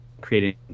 creating